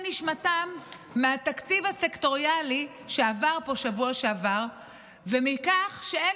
נשמתם מהתקציב הסקטוריאלי שעבר פה בשבוע שעבר ומכך שאין